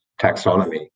taxonomy